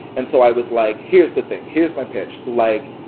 and so i was like, here's the thing. here's my pitch. like,